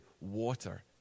water